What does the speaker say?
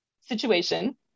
situation